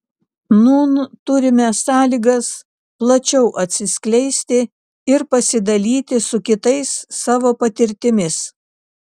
nūn turime sąlygas plačiau atsiskleisti ir pasidalyti su kitais savo patirtimis